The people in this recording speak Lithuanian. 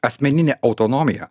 asmeninė autonomija